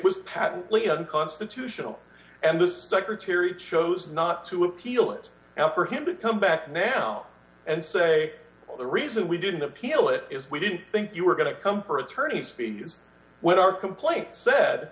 was patently unconstitutional and the secretary chose not to appeal it now for him to come back now and say well the reason we didn't appeal it is we didn't think you were going to come for attorney's fees what our complaint said